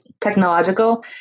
technological